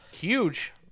Huge